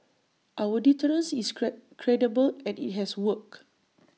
our deterrence is credible and IT has worked